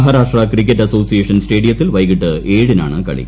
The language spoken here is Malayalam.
മഹാരാഷ്ട്ര ക്രിക്കറ്റ് അസോസിയേഷൻ സ്റ്റേഡിയത്തിൽ വൈകിട്ട് ഏഴിനാണ് കളി